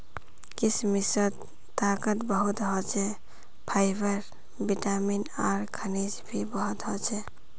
किशमिशत ताकत बहुत ह छे, फाइबर, विटामिन आर खनिज भी बहुत ह छे